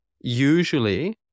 Usually